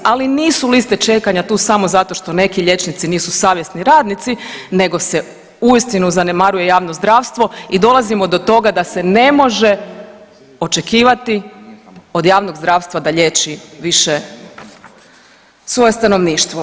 Ali nisu liste čekanja tu samo zato što neki liječnici nisu savjesni radnici, nego se uistinu zanemaruje javno zdravstvo i dolazimo do toga da se ne može očekivati od javnog zdravstva da liječi više svoje stanovništvo.